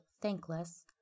Thankless